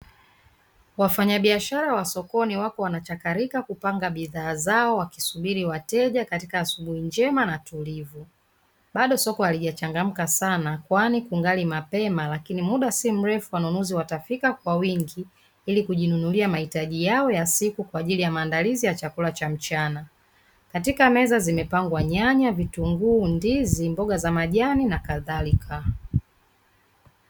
Wafanyabiashara wa sokoni wako wanachakalika kupanga bidhaa zao wakisubili wateja katika asubuhi njema na tulivu, bado soko halijachangamka sana kwani kungali mapema lakini mida si mrefu wanunuzi watafika kwa wingi ili kujinunulia mahitaji yao ya siku kwaajili ya maandalizi ya chakula cha mchana. Katika meza zimepangwa nyanya, vitunguu, ndizi, mboga za majani, na kadharika.